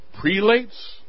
Prelates